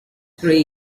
three